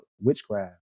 witchcraft